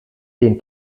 den